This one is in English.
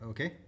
Okay